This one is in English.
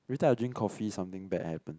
everytime I drink coffee something bad happen